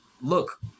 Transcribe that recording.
look